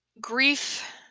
grief